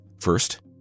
First